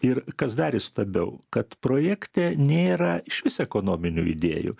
ir kas dar įstabiau kad projekte nėra išvis ekonominių idėjų